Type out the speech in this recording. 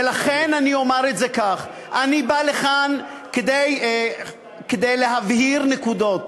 ולכן אני אומר את זה כך: אני בא לכאן כדי להבהיר נקודות,